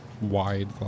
wide